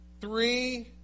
three